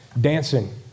dancing